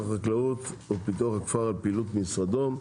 החקלאות ופיתוח הכפר על פעילות משרדו.